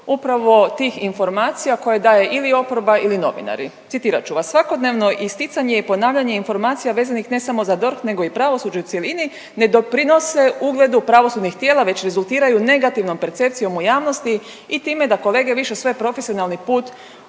upravo tih informacija koje daje ili oporba ili novinari. Citirat ću vas: „Svakodnevno isticanje i ponavljanje informacija vezanih ne samo za DORH nego i pravosuđe u cjelini ne doprinose ugledu pravosudnih tijela već rezultiraju negativnom percepcijom u javnosti i time da kolege više svoj profesionalni put